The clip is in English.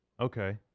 Okay